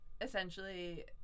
Essentially